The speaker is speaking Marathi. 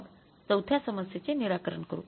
मग चौथ्या समस्येचे निराकरण करू